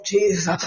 Jesus